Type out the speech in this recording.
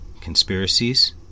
conspiracies